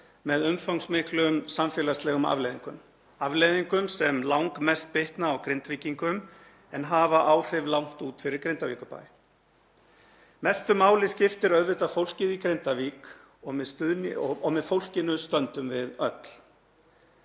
með umfangsmiklum samfélagslegum afleiðingum sem langmest bitna á Grindvíkingum en hafa áhrif langt út fyrir Grindavíkurbæ. Mestu máli skiptir auðvitað fólkið í Grindavík og með fólkinu stöndum við öll.